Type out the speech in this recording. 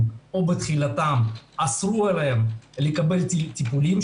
או בתחילתם אסרו עליהם לקבל טיפולים,